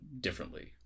differently